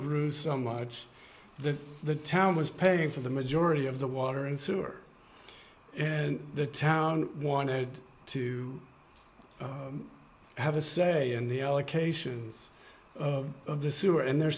so much the the town was paying for the majority of the water and sewer and the town wanted to have a say in the allocations of the sewer and they're